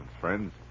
friends